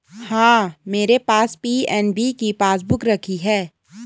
हाँ, मेरे पास पी.एन.बी की पासबुक रखी है